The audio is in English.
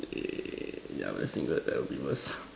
ya wear singlet that would be worst